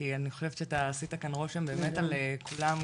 כי אני חושבת שאתה עשית כאן רושם באמת על כולם,